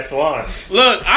look